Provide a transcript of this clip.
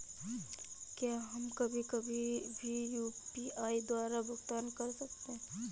क्या हम कभी कभी भी यू.पी.आई द्वारा भुगतान कर सकते हैं?